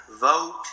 vote